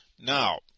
Now